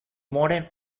modern